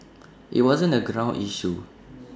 IT wasn't A ground issue